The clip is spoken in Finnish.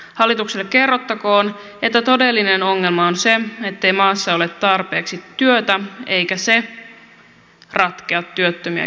hallitukselle kerrottakoon että todellinen ongelma on se ettei maassa ole tarpeeksi työtä eikä se ratkea työttömiä kepittämällä